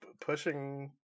Pushing